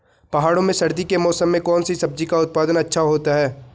पहाड़ों में सर्दी के मौसम में कौन सी सब्जी का उत्पादन अच्छा होता है?